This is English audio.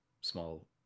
small